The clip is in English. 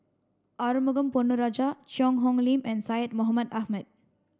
Arumugam Ponnu Rajah Cheang Hong Lim and Syed Mohamed Ahmed